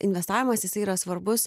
investavimas jisai yra svarbus